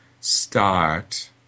start